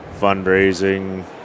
fundraising